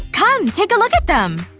come take a look at them!